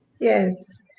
Yes